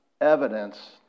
evidence